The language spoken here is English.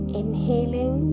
inhaling